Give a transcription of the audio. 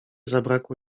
zabrakło